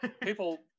people